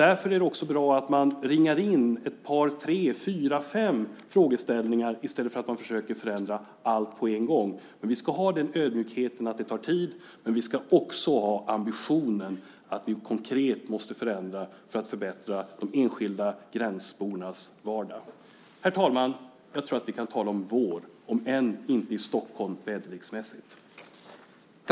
Därför är det också bra att ringa in ett par, tre, fyra, fem frågeställningar i stället för att försöka förändra allt på en gång. Vi ska ha ödmjukheten att erkänna att det tar tid, men vi ska också ha ambitionen att konkret förändra för att förbättra de enskilda gränsbornas vardag. Herr talman! Jag tror att vi kan tala om vår, om än inte i Stockholm väderleksmässigt.